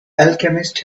alchemist